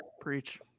preach